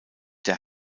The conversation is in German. der